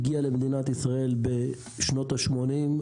הגיעה למדינת ישראל בשנות ה-80.